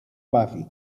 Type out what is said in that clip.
bawi